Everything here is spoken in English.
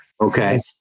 Okay